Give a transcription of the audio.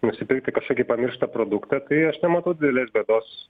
nusipirkti kažkokį pamirštą produktą tai aš nematau didelės bėdos